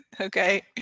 Okay